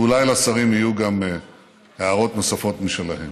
ואולי לשרים יהיו הערות נוספות משלהם.